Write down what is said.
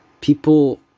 people